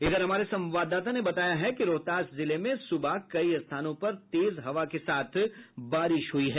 इधर हमारे संवाददाता ने बताया कि रोहतास जिले में सुबह कई स्थानों पर तेज हवा के साथ बारिश हुई है